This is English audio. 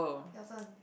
Nelson